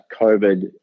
COVID